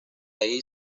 ahí